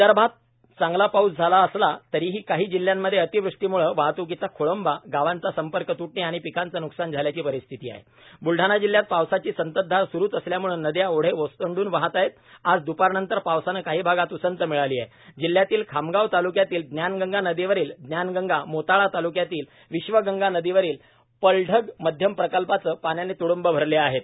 विदर्भात चांगला पाऊस झाला असला तरीही काही जिल्ह्यांमध्ये अतिवृष्टीम्ळे वाहत्कीचा खोळंबा गावांचा संपर्क तूटणे आणि पिकांचे न्कसान झाल्याची परिस्थती आहे ब्लढाणा जिल्हयात पावसाची संतत धार सुरुच असल्यामुळे नद्या ओढे ओसंड्न वाहत आहेत आज द्पार नंतर पावसाने काही भागात ऊसंत मिळाली आहे जिल्ह्यातील खामगांव ताल्क्यातील ज्ञानगंगा नदीवरील ज्ञानगंगामोताळा ताल्क्यातील विश्वगंगा नदीवरील पलढग मध्यम प्रकल्प पाण्याने त्डूंब भरलेआहेत